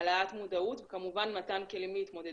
העלאת מודעות וכמובן מתן כלים להתמודדות.